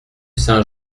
saint